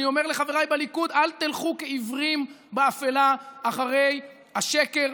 אני אומר לחבריי בליכוד: אל תלכו כעיוורים באפלה אחרי השקר,